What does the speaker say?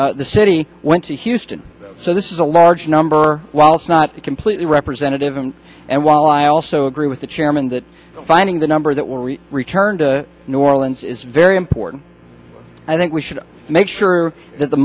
the city went to houston so this is a large number whilst not completely representative and and while i also agree with the chairman that finding the number that were returned to new orleans is very important i think we should make sure that the